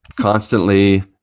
constantly